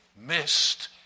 missed